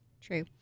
True